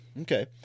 okay